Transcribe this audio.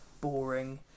boring